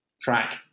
track